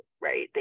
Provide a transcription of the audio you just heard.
Right